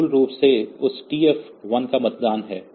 तो यह मूल रूप से उस TF1 का मतदान है